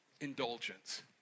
indulgence